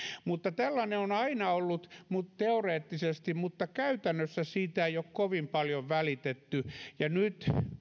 näin on aina ollut teoreettisesti mutta käytännössä siitä ei ole kovin paljon välitetty ja nyt